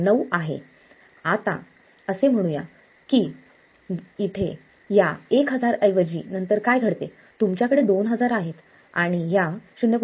आणि आता असे म्हणू या की ची झाले आहे इथे या 1000 ऐवजी नंतर काय घडते तुमच्याकडे 2000 आहे आणि या 0